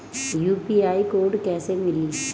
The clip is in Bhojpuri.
यू.पी.आई कोड कैसे मिली?